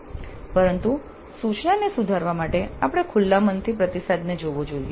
પરંતુ સૂચનાને સુધારવા માટે આપણે ખુલ્લા મનથી પ્રતિસાદને જોવો જોઈએ